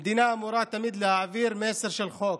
המדינה אמורה תמיד להעביר מסר של חוק,